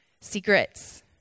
secrets